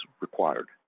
required